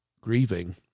Grieving